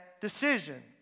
decision